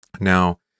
Now